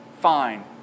fine